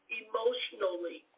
emotionally